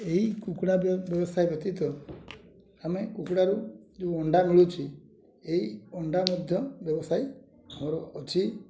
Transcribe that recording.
ଏହି କୁକୁଡ଼ା ବ୍ୟବସାୟ ବ୍ୟତୀତ ଆମେ କୁକୁଡ଼ାରୁ ଯୋଉ ଅଣ୍ଡା ମିଳୁଛି ଏଇ ଅଣ୍ଡା ମଧ୍ୟ ବ୍ୟବସାୟୀ ମୋର ଅଛି